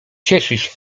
cieszyć